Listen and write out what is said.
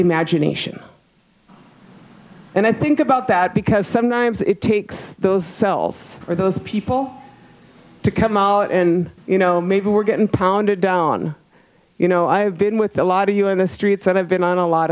imagination and i think about that because sometimes it takes those cells or those people to come out and you know maybe we're getting pounded down you know i have been with a lot of you in the streets and i've been on a lot